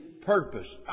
purpose